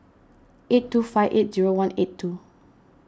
eight two five eight zero one eight two